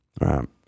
right